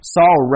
Saul